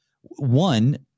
One